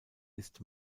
ist